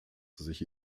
sich